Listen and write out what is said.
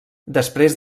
després